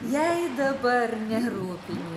jei dabar nerūpi